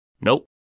Nope